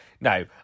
No